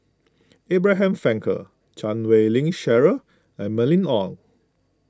Abraham Frankel Chan Wei Ling Cheryl and Mylene Ong